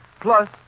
plus